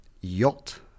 yacht